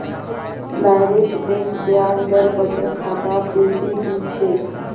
direct bank ब्याज दर बचत खातात बेसी दी छेक